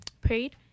prayed